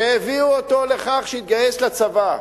שהביאו אותו לכך שיתגייס לצבא,